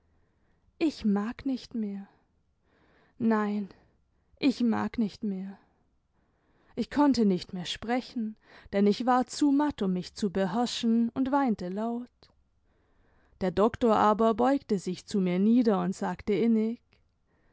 ich mag nicht mehr nein ich mag nicht mehr ich konnte nicht mehr sprechen denn ich war zu matt um mich zu beherrschen und weinte laut der doktor aber beugte sich zu mir nieder imd sagte innig